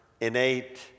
innate